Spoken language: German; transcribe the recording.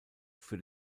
für